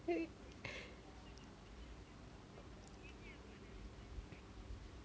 mm mm